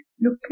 look